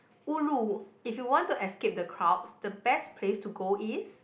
ulu if you want to escape the crowds the best place to go is